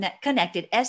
connected